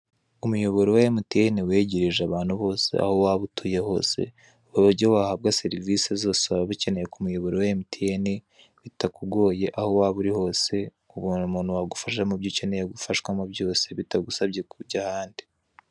Umuyoboro wa emutiyeni wegereje abantu bose aho waba utuye hose uburyo wahabwa serivisi zose waba ukeneye ku muyoboro wa emutiyeni bitakugoye aho waba uri hose ubona umuntu wagufasha mubyo ukeneye gufashwamo byose bitagusabye kujya ahandi.